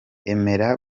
emera